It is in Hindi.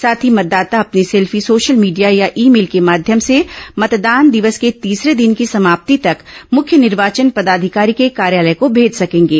साथ ही मतदाता अपनी सेल्फी सोशल मीडिया या ई मेल के माध्यम से मतदान दिवस के तीसरे दिन की समाप्ति तक मुख्य निर्वाचन पदाधिकारी के कार्यालय को भेज सकेंगे